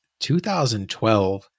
2012